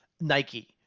Nike